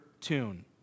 tune